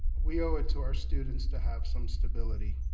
we owe it to our students to have some stability.